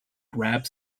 grabbed